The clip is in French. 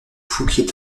fouquier